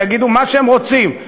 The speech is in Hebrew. שהם יגידו מה שהם רוצים,